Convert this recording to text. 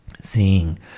seeing